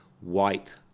white